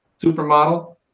supermodel